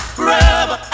Forever